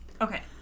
Okay